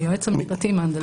היועץ המשפטי מנדלבליט.